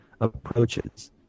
approaches